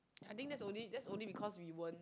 I think that's only that's only because we weren't